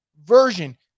version